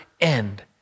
end